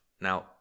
Now